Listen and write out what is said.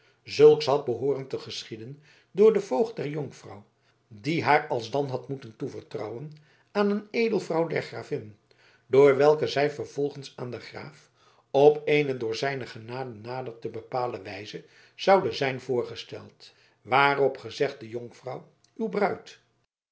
zulks had behooren te geschieden door den voogd der jonkvrouw die haar alsdan had moeten toevertrouwen aan een edelvrouw der gravin door welke zij vervolgens aan den grave op eene door zijne genade nader te bepalen wijze zoude zijn voorgesteld waarop gezegde jonkvrouw uwe bruid